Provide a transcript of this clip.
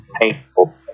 painful